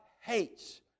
hates